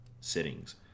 settings